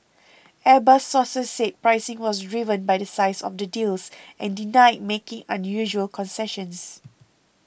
Airbus sources said pricing was driven by the size of the deals and denied making unusual concessions